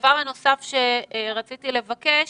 דבר נוסף שרציתי לבקש